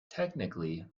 technically